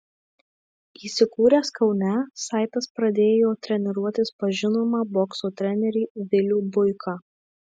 įsikūręs kaune saitas pradėjo treniruotis pas žinomą bokso trenerį vilių buiką